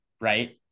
right